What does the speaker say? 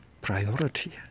priority